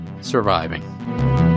surviving